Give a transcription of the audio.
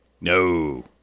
No